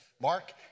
Mark